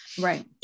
Right